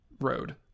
road